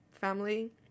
family